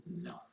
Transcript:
No